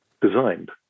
designed